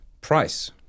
price